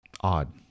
Odd